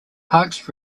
parkes